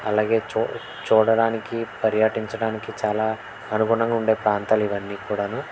అలాగే చూ చూడడానికి పర్యటించడానికి చాలా అనుగుణంగా ఉండే ప్రాంతాలు ఇవన్నీ కూడా